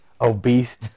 obese